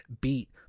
beat